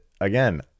again